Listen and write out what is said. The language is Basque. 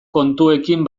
kontuekin